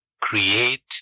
create